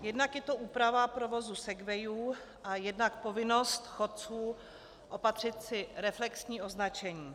Jednak je to úprava provozu segwayů a jednak povinnost chodců opatřit si reflexní označení.